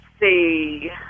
see